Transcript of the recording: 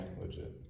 legit